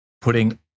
putting